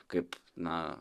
kaip na